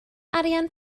arian